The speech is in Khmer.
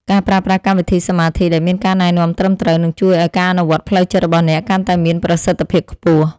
ការប្រើប្រាស់កម្មវិធីសមាធិដែលមានការណែនាំត្រឹមត្រូវនឹងជួយឱ្យការអនុវត្តផ្លូវចិត្តរបស់អ្នកកាន់តែមានប្រសិទ្ធភាពខ្ពស់។